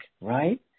right